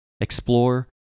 Explore